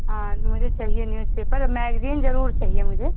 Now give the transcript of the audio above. हाँ मुझे चाहिए न्यूजपेपर मैगजीन जरूर चाहिए मुझे